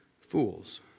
fools